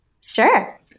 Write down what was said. Sure